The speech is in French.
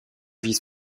vice